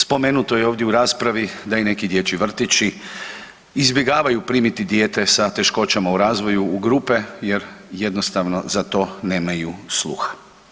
Spomenuto je ovdje u raspravi da i neki dječji vrtići izbjegavaju primiti dijete sa teškoćama u razvoju u grupe jer jednostavno za to nemaju sluha.